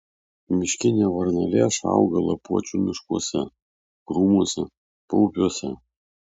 miškinė varnalėša auga lapuočių miškuose krūmuose paupiuose